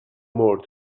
more